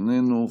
איננו,